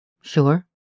Sure